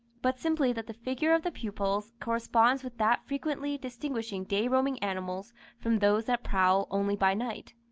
but simply that the figure of the pupils corresponds with that frequently distinguishing day-roaming animals from those that prowl only by night.